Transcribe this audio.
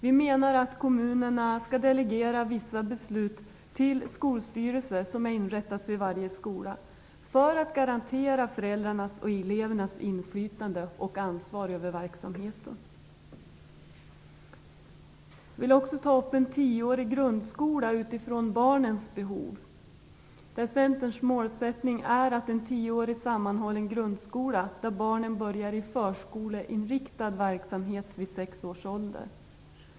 Vi menar att kommunerna skall delegera vissa beslut till skolstyrelser som inrättas vid varje skola, för att garantera föräldrarnas och elevernas inflytande över och ansvar för verksamheten. Jag vill också ta upp frågan om en tioårig grundskola utifrån barnens behov. Centerns målsättning är en tioårig sammanhållen grundskola, där barnen börjar i förskoleinriktad verksamhet vid sex års ålder.